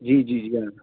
जी जी विझांव थो